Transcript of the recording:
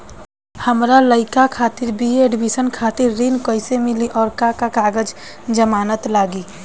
हमार लइका खातिर बी.ए एडमिशन खातिर ऋण कइसे मिली और का का कागज आ जमानत लागी?